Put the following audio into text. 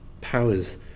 powers